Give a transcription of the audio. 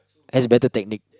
as a better technique